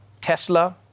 Tesla